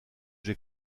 j’ai